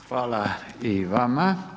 Hvala i vama.